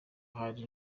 hari